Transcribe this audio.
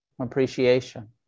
appreciation